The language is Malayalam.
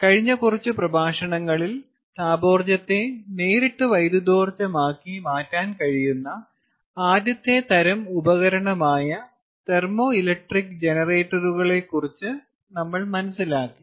കഴിഞ്ഞ കുറച്ച് പ്രഭാഷണങ്ങളിൽ താപോർജ്ജത്തെ നേരിട്ട് വൈദ്യുതോർജ്ജമാക്കി മാറ്റാൻ കഴിയുന്ന ആദ്യത്തെ തരം ഉപകരണമായ തെർമോ ഇലക്ട്രിക് ജനറേറ്ററുകളെ കുറിച്ച് നമ്മൾ മനസ്സിലാക്കി